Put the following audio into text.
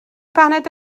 baned